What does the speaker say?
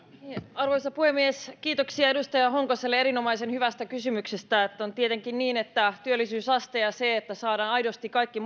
arvoisa puhemies kiitoksia edustaja honkoselle erinomaisen hyvästä kysymyksestä on tietenkin niin että työllisyysaste ja se että saadaan aidosti kaikki